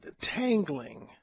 tangling